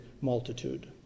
multitude